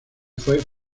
fue